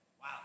Wow